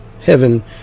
heaven